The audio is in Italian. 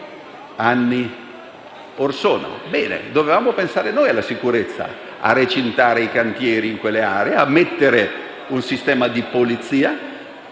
anni orsono. Ebbene, dovevamo pensare noi alla sicurezza, a recintare i cantieri in quelle aree, a mettere un sistema di polizia,